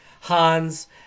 Hans